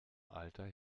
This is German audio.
alter